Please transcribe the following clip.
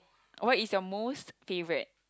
what is your most favourite